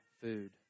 food